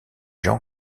jean